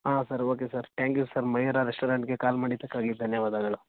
ಹಾಂ sir okay sir thank you sir Mayura ರೆಸ್ಟೋರೆಂಟಿಗೆ call ಮಾಡಿದ್ದಕ್ಕಾಗಿ ಧನ್ಯವಾದಗಳು